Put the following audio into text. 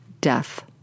death